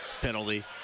penalty